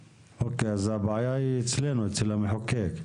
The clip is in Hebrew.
אוקיי, אז הבעיה היא אצלנו, אצל המחוקק.